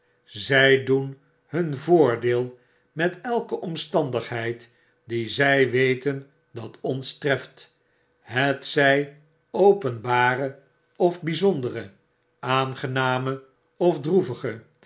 zij doen hun voordeel met elke omstandigheid die zy weten dat ons treft hetzij openbare of byzondere aangename of droevige